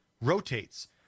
rotates